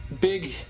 big